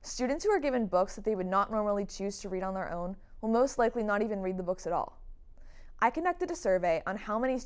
students were given books that they would not normally choose to read on their own will most likely not even read the books at all i conducted a survey on how many